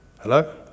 Hello